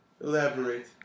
Elaborate